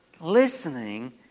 listening